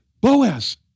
Boaz